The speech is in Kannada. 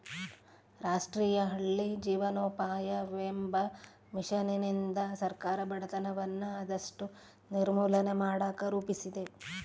ರಾಷ್ಟ್ರೀಯ ಹಳ್ಳಿ ಜೀವನೋಪಾಯವೆಂಬ ಮಿಷನ್ನಿಂದ ಸರ್ಕಾರ ಬಡತನವನ್ನ ಆದಷ್ಟು ನಿರ್ಮೂಲನೆ ಮಾಡಕ ರೂಪಿಸಿದೆ